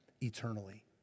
eternally